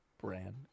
brand